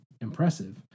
impressive